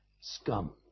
scum